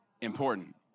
important